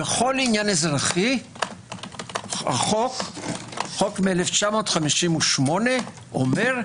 בכל עניין אזרחי חוק מ-1958 אומר: